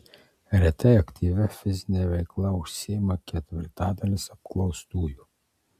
retai aktyvia fizine veikla užsiima ketvirtadalis apklaustųjų